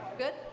good?